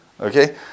Okay